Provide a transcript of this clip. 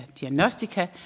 diagnostika